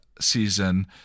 season